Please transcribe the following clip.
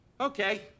Okay